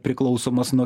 priklausomos nuo